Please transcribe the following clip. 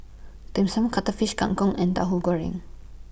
Dim Sum Cuttlefish Kang Kong and Tauhu Goreng